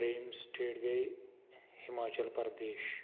ترٛیٚیِم سٹیٹ گٔے ہِماچَل پَردیش